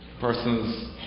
persons